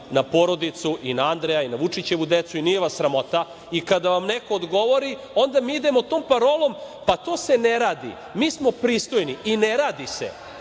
na porodicu, i na Andreja i na Vučićevu decu, i nije vas sramota. Kada vam neko odgovori, onda mi idemo tom parolom – pa to se ne radi. Mi smo pristojni i ne radi se